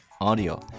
audio